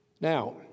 Now